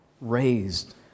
raised